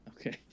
Okay